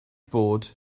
bod